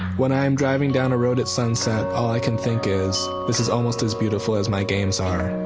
when i am driving down a road at sunset all i can think is, this is almost as beautiful as my games are.